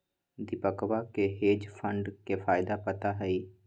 दीपकवा के hedge fund के फायदा पता हई